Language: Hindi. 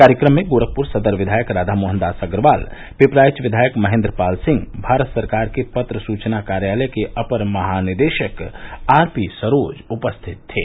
कार्यक्रम में गोरखपुर सदर विघायक राधामोहन दास अग्रवाल पिपराइच विघायक महेंद्र पाल सिंह भारत सरकार के पत्र सूचना कार्यालय के अपर महानिदेशक आर पी सरोज उपस्थित थे